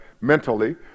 mentally